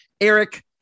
Eric